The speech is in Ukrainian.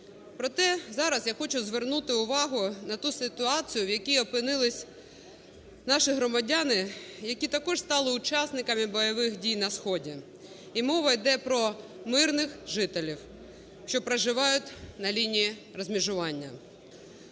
Проте зараз я хочу звернути увагу на ту ситуацію, в якій опинились наші громадяни, які також стали учасниками бойових дій на сході. І мова йде про мирних жителів, що проживають на лінії розмежування,